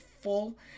full